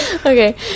Okay